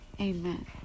amen